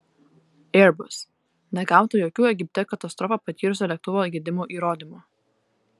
airbus negauta jokių egipte katastrofą patyrusio lėktuvo gedimų įrodymo